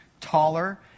taller